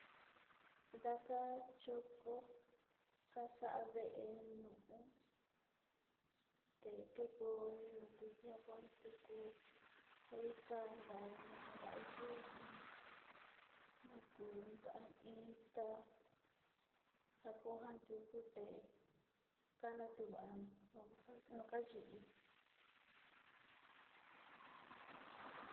Ndaka choko kaxa'a vée ñóo ndekekoyo kutu tinguan tuku, enka tad yuu nakuta itá, njakonda taute kana tuva'a nuta yii.